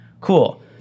cool